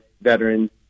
veterans